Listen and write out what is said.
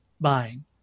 buying